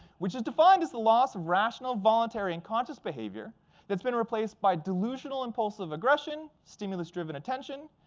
which is defined as the loss of rational, voluntary, and conscious behavior that's been replaced by delusional impulsive aggression, stimulus-driven attention,